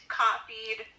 copied